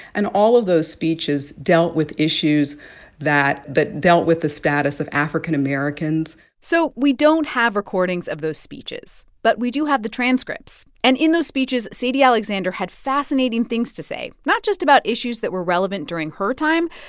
and all of those speeches dealt with issues that but dealt with the status of african-americans so we don't have recordings of those speeches, but we do have the transcripts. and in those speeches, sadie alexander had fascinating things to say, not just about issues that were relevant during her time,